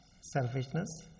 Selfishness